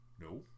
no